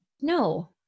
No